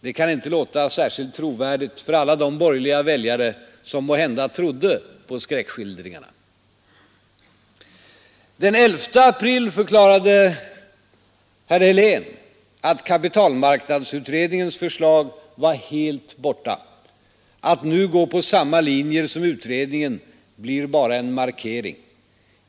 Det kan inte I skilt trovärdigt för alla de borgerliga väljare som måhända trodde på skräckskildringarna Den 11 april förklö förslag var helt borta: ”Att nu gå på samma linjer som utredningen blir bara en markering.